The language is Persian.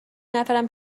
نفرم